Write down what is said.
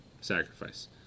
sacrifice